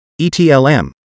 ETLM